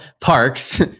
parks